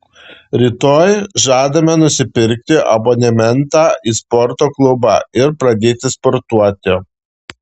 rytoj žadame nusipirkti abonementą į sporto klubą ir pradėti sportuoti